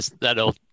that'll